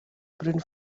print